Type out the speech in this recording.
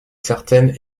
certaine